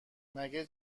مگه